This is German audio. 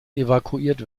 evakuiert